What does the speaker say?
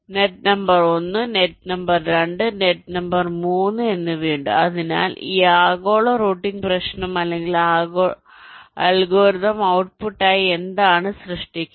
net number 1 net number 2 net number 3 എന്നിവയുണ്ട് അതിനാൽ ഈ ആഗോള റൂട്ടിംഗ് പ്രശ്നം അല്ലെങ്കിൽ അൽഗോരിതം ഔട്ട്പുട്ടായി എന്താണ് സൃഷ്ടിക്കുന്നത്